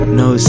no